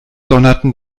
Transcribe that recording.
donnerten